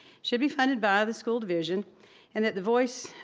should be funded by the school division and that the voice